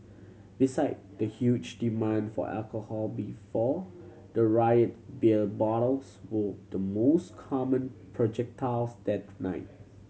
beside the huge demand for alcohol before the riot beer bottles were the most common projectiles that night